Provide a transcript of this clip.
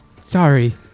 sorry